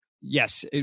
yes